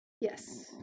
Yes